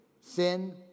sin